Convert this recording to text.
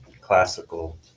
classical